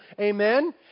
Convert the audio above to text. Amen